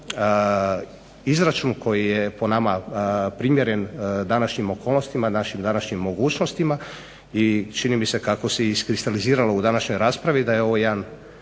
izračun koji je po nama primjeren današnjim okolnostima našim današnjim mogućnostima i čini mi se kako se iskristaliziralo u današnjoj raspravi da je ovo jedan